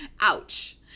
Ouch